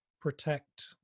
protect